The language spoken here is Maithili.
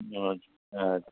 अच्छा